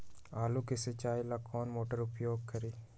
आलू के सिंचाई ला कौन मोटर उपयोग करी?